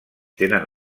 tenen